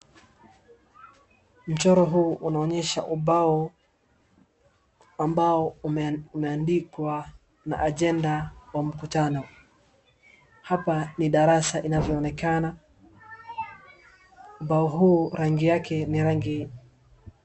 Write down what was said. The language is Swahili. Mchoro huu unaonyesha ubao, ambao umeandikwa na ajenda ya mkutano. Hapa ni darasa inavyo onekana. Ubao huu rangi yake, ni rangi...